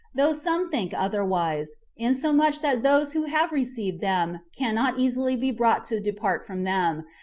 though some think otherwise, insomuch that those who have received them cannot easily be brought to depart from them,